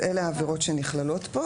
אם כן, אלה העבירות שנכללות כאן.